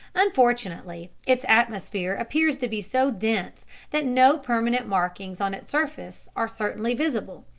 unfortunately its atmosphere appears to be so dense that no permanent markings on its surface are certainly visible,